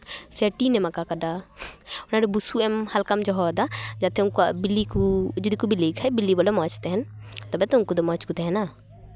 ᱥᱮ ᱴᱤᱱ ᱮᱢ ᱟᱠᱟ ᱠᱟᱫᱟ ᱚᱱᱟᱨᱮ ᱵᱩᱥᱩᱵ ᱮᱢ ᱦᱟᱞᱠᱟᱢ ᱫᱚᱦᱚ ᱟᱫᱟ ᱡᱟᱛᱮ ᱩᱱᱠᱩᱣᱟᱜ ᱵᱤᱞᱤ ᱠᱚ ᱡᱩᱫᱤ ᱠᱚ ᱵᱤᱞᱤ ᱠᱷᱟᱱ ᱵᱤᱞᱤ ᱵᱚᱞᱮ ᱢᱚᱡᱽ ᱛᱟᱦᱮᱱ ᱛᱚᱵᱮ ᱛᱚ ᱩᱱᱠᱩ ᱫᱚ ᱢᱚᱡᱽ ᱠᱚ ᱛᱟᱦᱮᱱᱟ